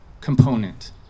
component